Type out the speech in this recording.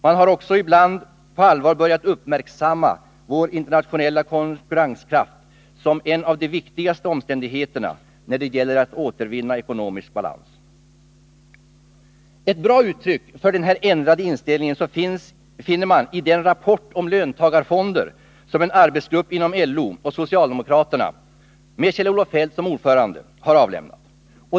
Man har också ibland på allvar börjat uppmärksamma vår internationella konkurrenskraft som en av de viktigaste omständigheterna när det gäller att återvinna ekonomisk balans. Ett bra uttryck för denna ändrade inställning finns i den rapport om löntagarfonder som en arbetsgrupp inom LO och socialdemokraterna med Kjell-Olof Feldt som ordförande har avlämnat.